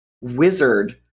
wizard